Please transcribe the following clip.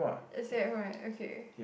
is that right okay